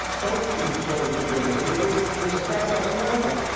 don't shoot soldiers in the field, he said. that does nothing.